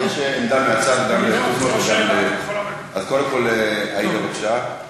יש עמדה מהצד, קודם כול עאידה, בבקשה.